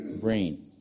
brain